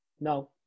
No